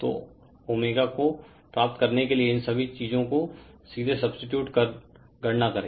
तो ω को प्राप्त करने के लिए इन सभी चीजो को सीधे सब्स्टीट्यूट कर गणना करें